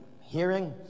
hearing